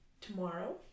tomorrow